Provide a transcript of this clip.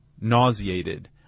nauseated